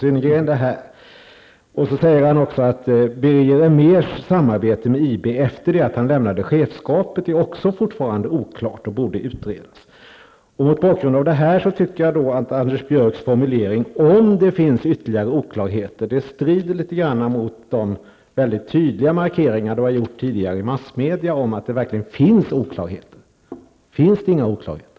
Synnergren säger vidare att Birger Elmérs samarbete med IB efter det att han lämnade chefskapet fortfarande är oklart och borde utredas. Mot bakgrund av det här tycker jag att Anders Björcks formulering ''om det finns ytterligare oklarheter'' strider litet grand mot de tydliga markeringar Anders Björck har gjort tidigare i massmedia om att det fortfarande finns oklarheter. Finns det inga oklarheter?